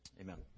Amen